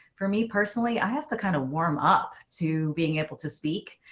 for me personally, i have to kind of warm up to being able to speak.